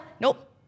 Nope